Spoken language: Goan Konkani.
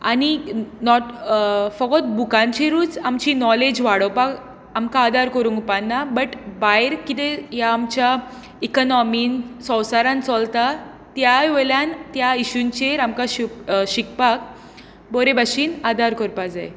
आनी नॉट फकत बुकांचेरूच आमची नॉलेज वाडोवपाक आमकां आदार करूंक उपान्ना बट भायर किदें ह्या आमच्या इकनॉमीन संवसारान चलता त्याय वयल्यान त्या इशुंचेर आमकां शीक शिकपाक बरे भाशीन आदार करपा जाय